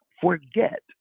forget